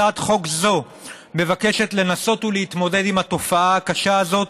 הצעת חוק זו מבקשת לנסות ולהתמודד עם התופעה הקשה הזאת